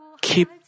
keep